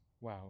wow